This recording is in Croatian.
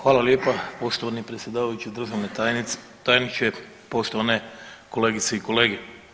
Hvala lijepa poštovani predsjedavajući, državni tajniče, poštovane kolegice i kolege.